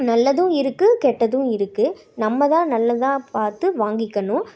நல்லதும் இருக்குது கெட்டதும் இருக்குது நம்ம தான் நல்லதாக பார்த்து வாங்கிக்கணும்